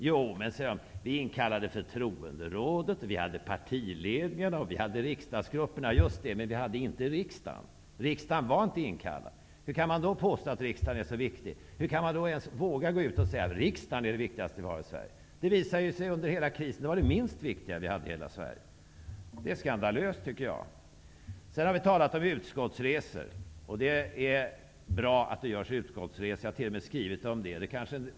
Man säger att man inkallade förtroendet, partiledningarna och riksdagsgrupperna. Just det, men riksdagen var inte inkallad. Hur kan man då påstå att riksdagen är så viktig? Hur kan man våga gå ut och säga att riksdgen är det viktigaste vi har i Sverige. Det visade sig under hela krisen att riksdagen var det minst viktiga vi har i Sverige. Jag tycker att det är skandalöst. Det har här talats om utskottssresor. Det är bra att det görs utskottsresor. Jag har t.o.m. skrivit om det.